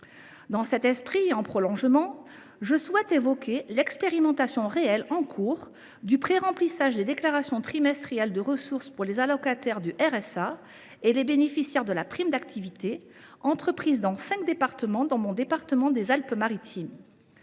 Dans cet esprit, je souhaite évoquer l’expérimentation en cours du préremplissage des déclarations trimestrielles de ressources pour les allocataires du RSA et les bénéficiaires de la prime d’activité, dans laquelle se sont engagés cinq départements, dont le département des Alpes Maritimes.